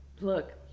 look